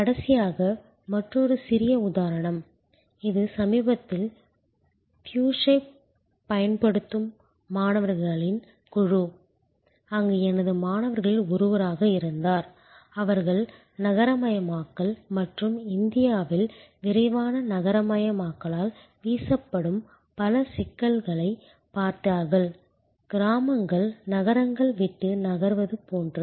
கடைசியாக மற்றொரு சிறிய உதாரணம் இது சமீபத்தில் பியூஷைப் பயன்படுத்தும் மாணவர்களின் குழு அங்கு எனது மாணவர்களில் ஒருவராக இருந்தார் அவர்கள் நகரமயமாக்கல் மற்றும் இந்தியாவில் விரைவான நகரமயமாக்கலால் வீசப்படும் பல சிக்கல்களைப் பார்த்தார்கள் கிராமங்கள் நகரங்களை விட்டு நகர்வது போன்றது